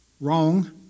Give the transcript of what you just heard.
wrong